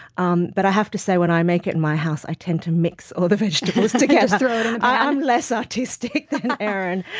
um but i have to say when i make it in my house, i tend to mix all the vegetables together. i'm less artistic than erin.